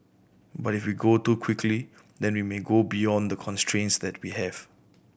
but if we go too quickly then we may go beyond the constraints that we have